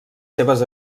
seves